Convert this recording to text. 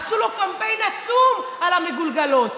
עשו לו קמפיין עצום על המגולגלות.